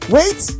Wait